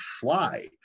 fly